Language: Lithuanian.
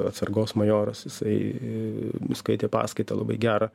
atsargos majoras jisai skaitė paskaitą labai gerą